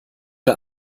der